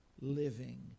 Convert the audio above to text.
living